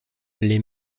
les